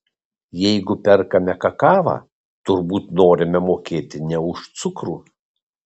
jeigu perkame kakavą turbūt norime mokėti ne už cukrų